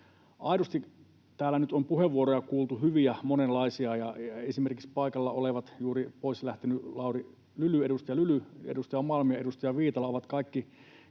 aidosti täällä nyt on puheenvuoroja kuultu hyviä, monenlaisia. Esimerkiksi paikalla olleet, juuri pois lähtenyt edustaja Lyly, edustaja Malm ja edustaja Viitala ovat kaikki